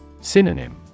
Synonym